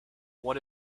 what